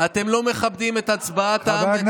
אתם לא מכבדים את הצבעת העם ואת התוצאה,